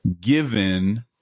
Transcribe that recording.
given